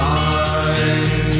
time